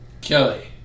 Kelly